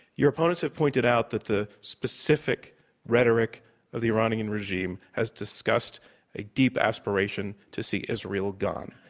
your opponents have pointed out that the specific rhetoric of the iranian regime has discussed a deep aspiration to see israel gone,